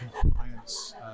compliance